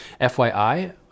FYI